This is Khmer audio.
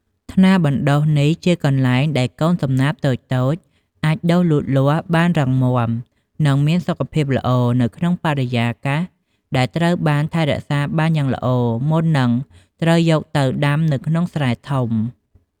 ថ្នាលបណ្ដុះនេះជាកន្លែងដែលកូនសំណាបតូចៗអាចដុះលូតលាស់បានរឹងមាំ និងមានសុខភាពល្អ នៅក្នុងបរិយាកាសដែលត្រូវបានថែរក្សាបានយ៉ាងល្អ មុននឹងត្រូវយកទៅដាំនៅក្នុងស្រែធំ។